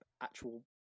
actual